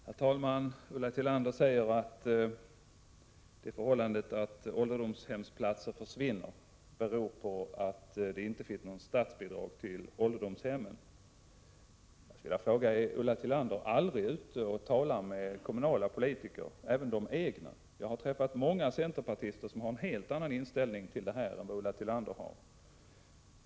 Herr talman! Ulla Tillander säger att det förhållandet att ålderdomshemsplatser försvinner beror på att det inte finns något statsbidrag till ålderdomshemmen. Är Ulla Tillander aldrig ute och talar med kommunala politiker, exempelvis de egna? Jag har träffat många centerpartister som har en helt annan inställning till detta än vad Ulla Tillander har.